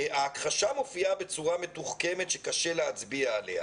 "ההכחשה מופיעה בצורה מתוחכמת שקשה להצביע עליה.